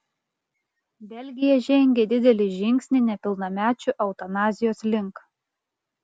belgija žengė didelį žingsnį nepilnamečių eutanazijos link